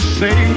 say